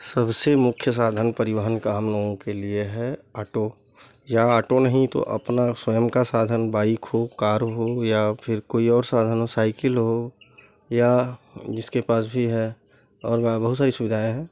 सबसे मुख्य साधन परिवहन का हम लोगों के लिए है ऑटो या ऑटो नहीं तो अपना स्वयं का साधन बाइक हो कार हो या फिर कोई और साधन हो साइकिल हो या जिसके पास भी है और वह बहुत सारी सुविधाएँ हैं